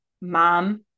mom